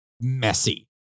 messy